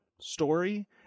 story